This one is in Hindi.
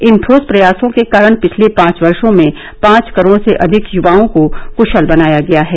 इन ठोस प्रयासों के कारण पिछले पांच वर्षो में पांच करोड़ से अधिक युवाओं को क्शल बनाया गया है